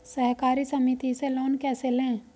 सहकारी समिति से लोन कैसे लें?